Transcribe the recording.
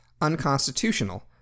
unconstitutional